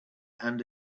and